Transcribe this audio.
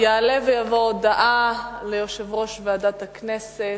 הודעה ליושב-ראש ועדת הכנסת.